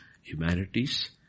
humanities